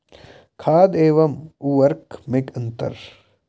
खाद एवं उर्वरक में अंतर?